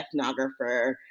ethnographer